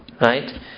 Right